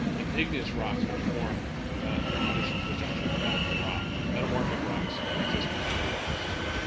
and igneous rocks which form under conditions which actually melt the rock. metamorphic rocks exist in the middle of those two.